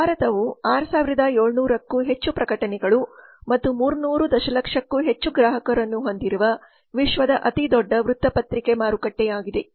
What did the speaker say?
ಭಾರತವು 6700 ಕ್ಕೂ ಹೆಚ್ಚು ಪ್ರಕಟಣೆಗಳು ಮತ್ತು 300 ದಶಲಕ್ಷಕ್ಕೂ ಹೆಚ್ಚು ಗ್ರಾಹಕರನ್ನು ಹೊಂದಿರುವ ವಿಶ್ವದ ಅತಿದೊಡ್ಡ ವೃತ್ತ ಪತ್ರಿಕೆ ಮಾರುಕಟ್ಟೆಯಾಗಿದೆ